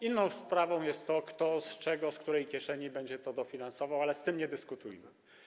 Inną sprawą jest to, kto z czego, z której kieszeni, będzie to dofinansowywał, ale z tym nie dyskutujmy.